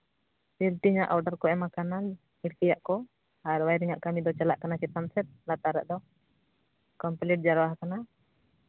ᱦᱟᱸᱜ ᱚᱰᱟᱨ ᱠᱚ ᱮᱢ ᱠᱟᱱᱟ ᱱᱟᱥᱮᱭᱟᱜ ᱠᱚ ᱟᱨ ᱳᱭᱮᱨᱤᱝ ᱠᱟᱹᱢᱤ ᱫᱚ ᱪᱟᱞᱟᱜ ᱠᱟᱱᱟ ᱪᱮᱛᱟᱱ ᱥᱮᱫ ᱞᱟᱛᱟᱨᱟᱜ ᱫᱚ ᱠᱚᱢᱯᱞᱤᱴ ᱡᱟᱣᱨᱟᱣ ᱠᱟᱱᱟ